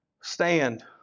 Stand